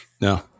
No